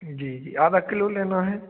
जी जी आधा किलो लेना है